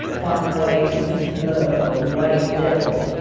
bak gwei, which is the white devil.